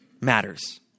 matters